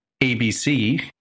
ABC